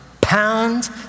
pound